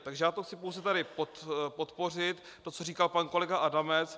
Takže to chci pouze tady podpořit, to, co říkal pan kolega Adamec.